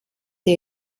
der